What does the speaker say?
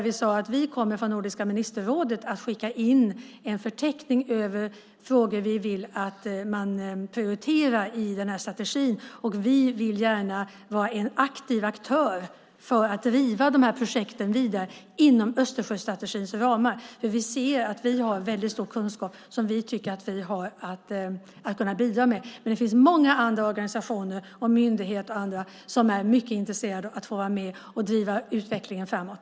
Vi sade att vi från Nordiska ministerrådet kommer att skicka in en förteckning över frågor som vi vill att man prioriterar i Östersjöstrategin och att vi gärna vill vara en aktiv aktör för att driva de här projekten vidare inom Östersjöstrategins ramar, för vi har en väldigt stor kunskap som vi tycker att vi kan bidra med. Men det finns många organisationer, myndigheter och andra som är mycket intresserade av att få vara med och driva utvecklingen framåt.